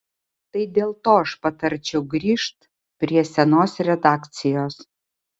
tai dėl to aš patarčiau grįžt prie senos redakcijos